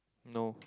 no